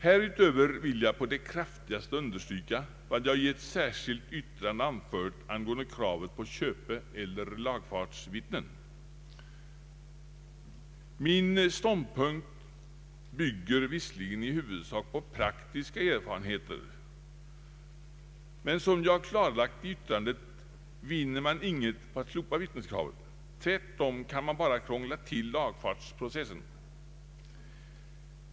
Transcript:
Härutöver vill jag på det kraftigaste understryka vad jag i ett särskilt yttrande anfört angående kravet på köpeeller lagfartsvittnen. Min ståndpunkt bygger visserligen i huvudsak på praktiska erfarenheter men, som jag klarlagt i yttrandet, vinner man inget på att slopa vittneskravet. Tvärtom kan man bara krångla till lagfartsprocessen.